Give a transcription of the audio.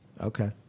Okay